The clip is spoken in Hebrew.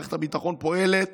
מערכת הביטחון פועלת